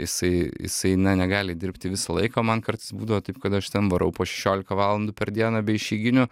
jisai jisai na negali dirbti visą laiką o man kartais būdavo taip kad aš ten varau po šešiolika valandų per dieną be išeiginių